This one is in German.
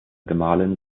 gemahlin